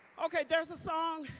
okay. there's a song.